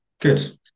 good